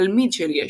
תלמיד של ישו,